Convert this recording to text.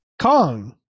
Kong